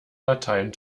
latein